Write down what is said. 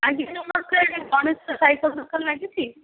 ଆଜ୍ଞା ନମସ୍କାର ଗଣେଶ ସାଇକେଲ୍ ଦୋକାନରେ ଲାଗିଛି